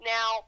Now